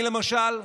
אני, למשל,